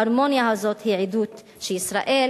ההרמוניה הזאת היא עדות שישראל,